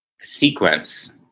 sequence